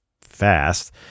fast